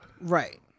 Right